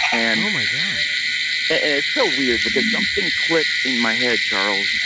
and oh, my gosh and it's so weird because something clicked in my head. charles,